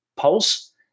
Pulse